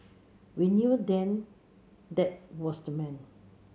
we knew then that was the man